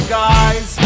guys